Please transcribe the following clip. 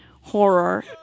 horror